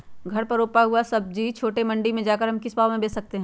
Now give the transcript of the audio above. घर पर रूपा हुआ सब्जी छोटे मंडी में जाकर हम किस भाव में भेज सकते हैं?